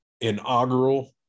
inaugural